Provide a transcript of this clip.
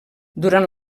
durant